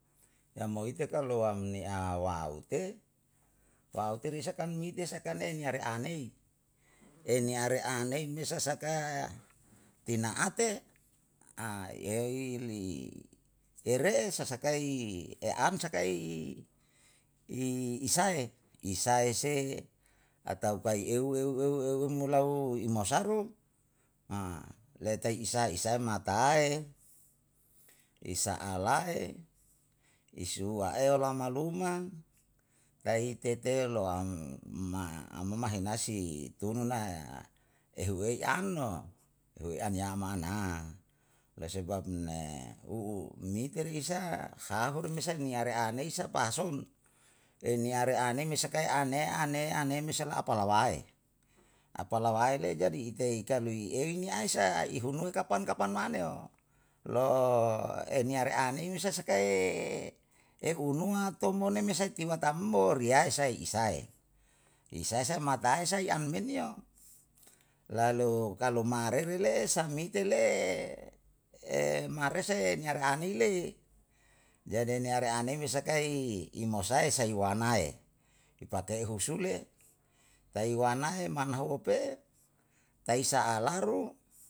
Yam moite kalu am ni waute. waute kan risa mite sakane niya re anei. E niya re anei me sasaka tinaate, yei li yere sasakai e an sakai i sae. Isae se, ataukah i eu eu eu eu eu mulau i mosaru, letei isae isae mata ae, i sa'a lae, i sua eula maluma, tai teteloam ma amama henasi tunanaya ehu ei an no, ehu ei an yama na. La sebab ne u u miteri sa'a, hahu rimesa niya re anei sa pa son, tei riya ni anei me saka aneya aneya aneya me sala apalawae, apalawae le jadi ite i kalui ei ni aisa i hunuwe kapan kapan maneo, lo eniyare arei me sasakae e unuha tomono me sai kimmatammo riyae iase isae, isae sae matae sai anumen yo. Lalu kalu ma'areri le'e asrmite le'e maresa ye niya re anei le. jadi niya re anei me sakai i mau sae sae wanae. I patea husule tai wanae manahua pe, tai sa'alaru